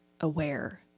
aware